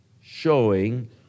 showing